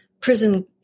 prison